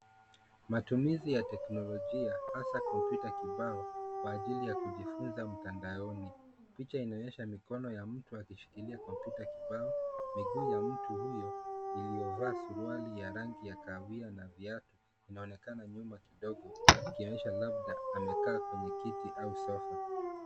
Matumizi ya teknolojia hasa kompyuta kibao kwa ajili ya kujifunza mtandaoni. Picha inaonyesha mikono ya mtu akishikilia kompyuta kibao miguu ya mtu huyo iliyovaa suruali ya rangi ya kahawia na viatu vinaonekana nyuma kidogo ikionyesha labda amekaa kwenye kiti au sofa.